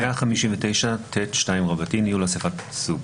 פרק ב'2: ניהול אסיפות סוג 159ט2ניהול אסיפת סוג